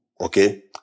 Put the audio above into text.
okay